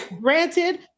Granted